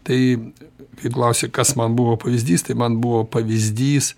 tai kaip klausia kas man buvo pavyzdys tai man buvo pavyzdys